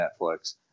Netflix